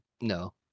No